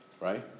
right